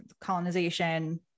colonization